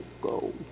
go